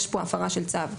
יש כאן הפרה של צו.